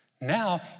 Now